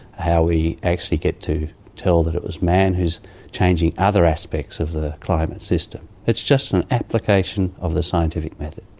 how we actually get to tell that it was man who is changing other aspects of the climate system. it's just an application of the scientific method.